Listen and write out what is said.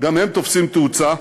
גם הם תופסים תאוצה.